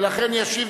התשע"א